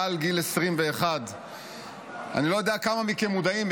שהם מעל גיל 21. אני לא יודע כמה מכם מודעים,